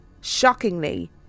Shockingly